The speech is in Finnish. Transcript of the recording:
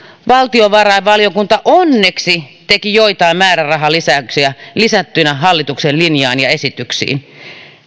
valtiovarainvaliokunta onneksi teki joitain määrärahalisäyksiä hallituksen linjaan ja esityksiin